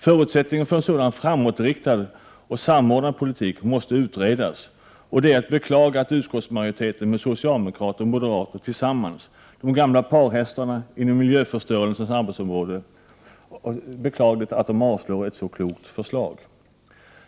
Förutsättningen för en sådan framåtriktad och samordnad politik måste utredas, och det är att beklaga att utskottsmajoriteten med socialdemokrater och moderater tillsammans — de gamla parhästarna inom miljöförstörelsens arbetsområde — avstyrker ett så klokt förslag.